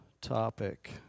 topic